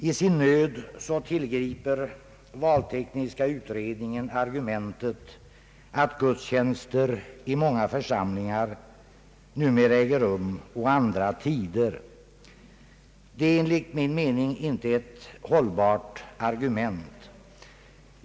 I sin nöd tillgriper valtekniska utredningen argumentet att gudstjänster i många församlingar numera äger rum på andra tider. Det är enligt min mening inte ett hållbart argument.